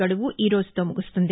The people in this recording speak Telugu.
గడువు ఈ రోజుతో ముగుస్తుంది